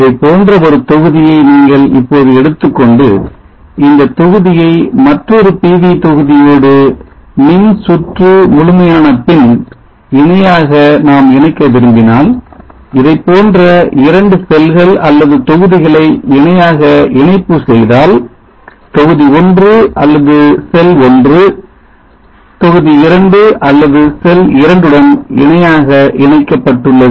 இதைப்போன்ற ஒரு தொகுதியை நீங்கள் இப்போது எடுத்துக்கொண்டு இந்த தொகுதியை மற்றொரு PV தொகுதியோடு மின்சுற்று முழுமையான பின் இணையாக நாம் இணைக்க விரும்பினால் இதைப்போன்ற இரண்டு செல்கள் அல்லது தொகுதிகளை இணையாக இணைப்பு செய்தால் தொகுதி ஒன்று அல்லது செல் ஒன்று தொகுதி 2 அல்லது செல் 2 உடன் இணையாக இணைக்கப்பட்டுள்ளது